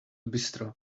bistro